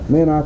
Man